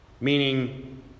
Meaning